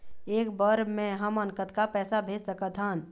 एक बर मे हमन कतका पैसा भेज सकत हन?